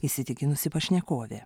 įsitikinusi pašnekovė